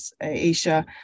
Asia